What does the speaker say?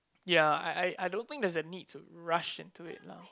ya I I I don't think there is a need to rush into it lah